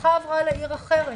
המשפחה עברה לעיר אחרת.